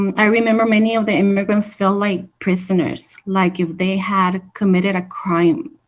um i remember many of the immigrants felt like prisoners, like if they had committed a crime.